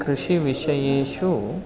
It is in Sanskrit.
कृषिविषयेषु